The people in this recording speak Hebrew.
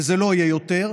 וזה לא יהיה יותר.